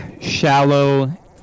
shallow